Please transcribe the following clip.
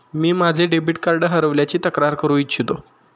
मी माझे debit card हरवल्याची तक्रार करू इच्छितो